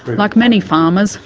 like many farmers,